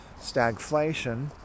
stagflation